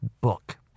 book